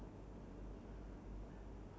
from five years ago